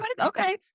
Okay